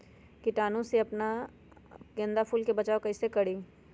कीटाणु से हम अपना गेंदा फूल के बचाओ कई से करी?